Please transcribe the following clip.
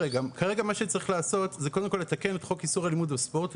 כרגע מה שצריך לעשות זה קודם כל לתקן את חוק איסור אלימות בספורט,